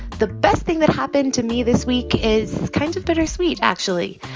the best thing that happened to me this week is kind of bittersweet, actually.